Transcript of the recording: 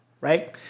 right